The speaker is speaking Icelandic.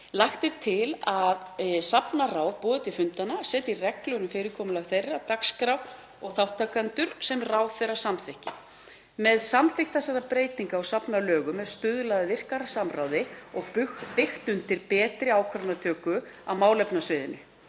Lagt er til að safnaráð boði til fundanna, setji reglur um fyrirkomulag þeirra, dagskrá og þátttakendur sem ráðherra samþykki. Með samþykkt þessarar breytingar á safnalögum er stuðlað að virkara samráði og byggt undir betri ákvarðanatöku á málefnasviðinu.